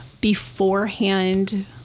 beforehand